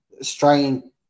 Australian